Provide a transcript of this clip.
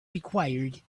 required